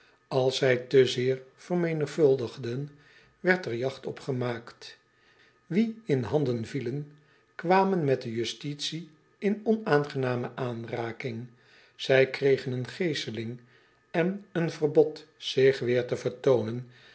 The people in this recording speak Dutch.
ls zij te zeer vermenigvuldigden werd er jagt op gemaakt ie in handen vielen kwamen met de justitie in onaangename aanraking zij kregen een geeseling en een verbod zich weêr te vertoonen